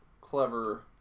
clever